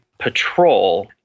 patrol